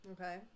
Okay